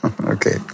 Okay